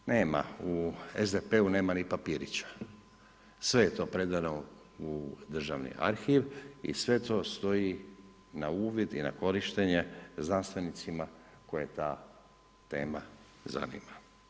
Nema u SDP-u nema ni papirića, sve je to predano u Državni arhiv i sve to stoji na uvid i na korištenje znanstvenicima koje ta tema zanima.